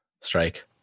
strike